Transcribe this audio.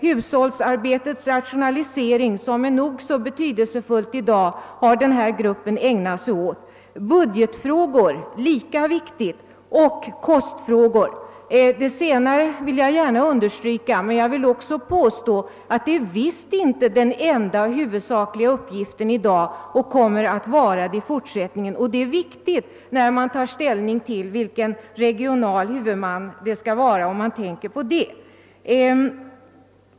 Hushållsarbetets rationalisering, som är nog så betydelsefull i dag, har denna grupp ägnat sig åt, liksom åt budgetfrågor — lika viktiga — och kostfrågor. Det senare vill jag gärna understryka, men jag vill också påstå att detta visst inte är den enda och huvudsakliga uppgiften i dag och inte heller i fortsättningen kommer att vara det. Det är väsentligt att man tänker på detta när man tar ställning till vilken regional huvudman organisationen bör ha.